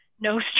no